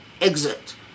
exit